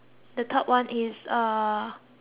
is uh heels also